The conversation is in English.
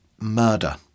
murder